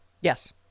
Yes